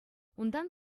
унтан